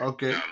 Okay